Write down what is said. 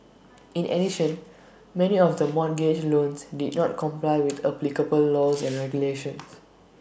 in addition many of the mortgage loans did not comply with applicable laws and regulations